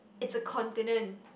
it's a continent